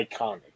iconic